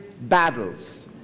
battles